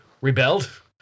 rebelled